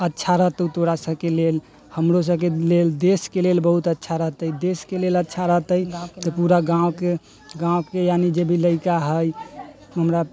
अच्छा रहतौ तोरा सबके लेल हमरो सबके लेल देशके लेल बहुत अच्छा रहतै देशके लेल अच्छा रहतै तऽ पूरा गाँवके गाँवके यानी जे भी लड़िका हय हमरा